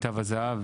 מתו הזהב,